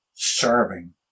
serving